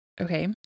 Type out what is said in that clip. okay